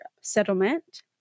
settlement